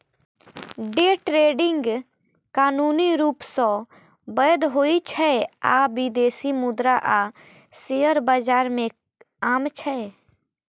day trading कानूनी रूप सं वैध होइ छै आ विदेशी मुद्रा आ शेयर बाजार मे आम छै